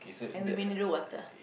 and with mineral water